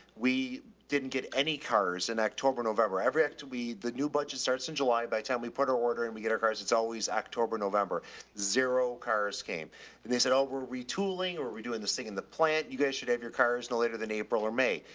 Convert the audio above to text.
we didn't get any cars in october, november, every act we, the new budget starts in july. by the time we put our order in, we get our cars. it's always october, november zero cars came and they said, oh, we're retooling. or are we doing this thing in the plant? you guys should have your cars no later than april or may.